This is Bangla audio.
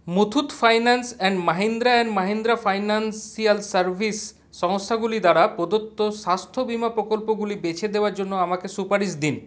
Muthoot finance and Mahindra and Mahindra financial service সংস্থাগুলি দ্বারা প্রদত্ত স্বাস্থ্য বিমা প্রকল্পগুলি বেছে দেওয়ার জন্য আমাকে সুপারিশ দিন